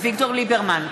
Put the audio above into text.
אביגדור ליברמן,